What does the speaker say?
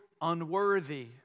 unworthy